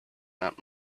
that